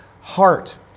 heart